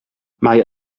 mae